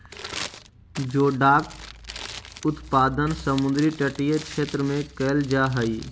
जोडाक उत्पादन समुद्र तटीय क्षेत्र में कैल जा हइ